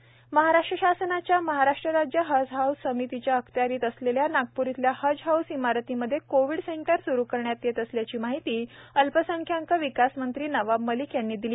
हज house Maharashtra शासनाच्या महाराष्ट्र राज्य हज समितीच्या अखत्यारित असलेल्या नागपूर इथल्या हज हाऊसच्या इमारतीमध्ये कोविड सेंटर स्रु करण्यात येत असल्याची माहिती अल्पसंख्याक विकास मंत्री नवाब मलिक यांनी दिली